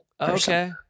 Okay